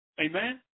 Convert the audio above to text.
Amen